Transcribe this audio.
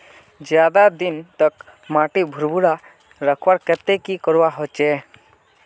ज्यादा दिन तक माटी भुर्भुरा रखवार केते की करवा होचए?